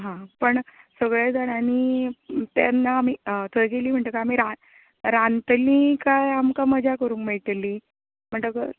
हां पण सगळे जाणांनी तेन्ना आमी थंय गेली म्हटगीर आमी रा रानतलीं कांय आमकां मजा करूंक मेळटली म्हणटगर